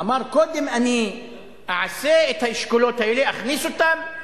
קודם אני אעשה את האשכולות האלה, אכניס אותם,